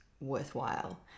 worthwhile